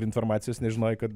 informacijos nes žinojai kad